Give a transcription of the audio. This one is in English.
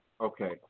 Okay